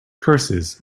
curses